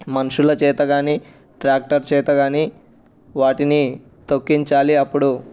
మనుష్యుల చేత కానీ ట్రాక్టర్ చేత కానీ వాటిని తొక్కించాలి అప్పుడు